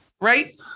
right